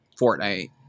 Fortnite